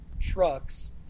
trucks